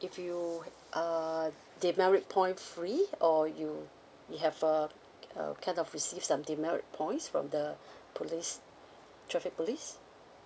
if you uh demerit point free or you you have a uh kind of received some demerit points from the police traffic police